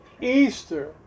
Easter